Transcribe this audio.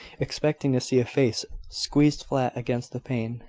expecting to see a face squeezed flat against the pane,